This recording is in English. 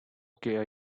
okay